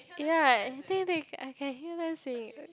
ya I think that I can hear them saying